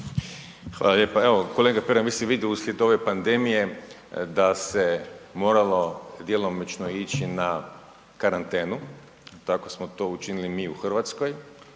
Hvala lijepa. Kolega Pernar, mislim vidite uslijed ove pandemije da se moralo djelomično ići na karantenu, tako smo to učinili mi u Hrvatskoj.